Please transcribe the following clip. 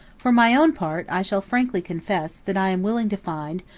for my own part, i shall frankly confess, that i am willing to find,